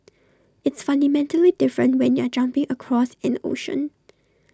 it's fundamentally different when you're jumping across an ocean